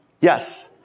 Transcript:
Yes